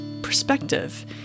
perspective